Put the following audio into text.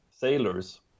sailors